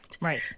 Right